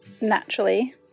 naturally